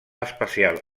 especial